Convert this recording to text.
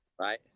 right